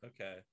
okay